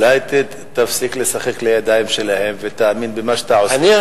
אולי תפסיק לשחק לידיים שלהם ותאמין במה שאתה עושה,